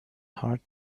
heart